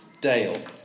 Dale